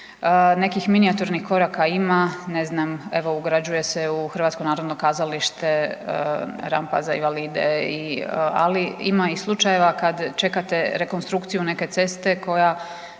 Nekih minijaturnih koraka ima, ne znam evo ugrađuje se u HNK rampa za invalide, ali ima i slučajeva kad čekate rekonstrukciju neke ceste koja